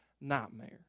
nightmare